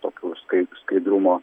tokių skai skaidrumo